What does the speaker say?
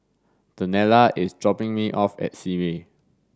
Daniela is dropping me off at Simei